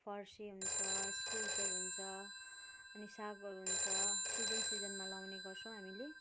फर्सी हुन्छ इस्कुसहरू हुन्छ अनि सागहरू हुन्छ सिजन सिजनमा लगाउने गर्छौँ हामीले